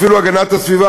אפילו הגנת הסביבה,